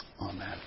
Amen